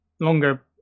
longer